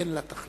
אין לה תחליף.